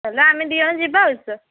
ହେଲା ଆମେ ଦୁଇ ଜଣ ଯିବା ଆଉ